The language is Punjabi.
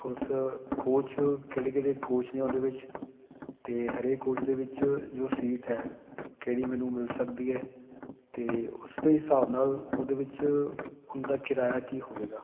ਉਸ ਕੋਚ ਕਿਹੜੇ ਕਿਹੜੇ ਕੋਚ ਨੇ ਉਹਦੇ ਵਿੱਚ ਅਤੇ ਹਰੇਕ ਕੋਚ ਦੇ ਵਿੱਚ ਜੋ ਸੀਟ ਹੈ ਕਿਹੜੀ ਮੈਨੂੰ ਮਿਲ ਸਕਦੀ ਹੈ ਅਤੇ ਉਸ ਦੇ ਹਿਸਾਬ ਨਾਲ ਉਹਦੇ ਵਿੱਚ ਉਹਦਾ ਕਿਰਾਇਆ ਕੀ ਹੋਵੇਗਾ